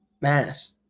Mass